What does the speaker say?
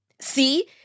See